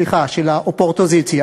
סליחה, של האופורטוזיציה: